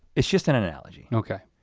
it's just an analogy. okay.